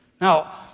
Now